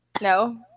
No